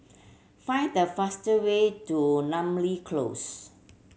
find the fast way to Namly Close